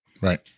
Right